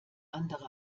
andere